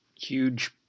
huge